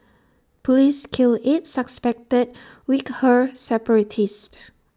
Police kill eight suspected Uighur separatists